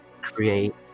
create